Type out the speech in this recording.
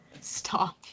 stop